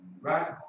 right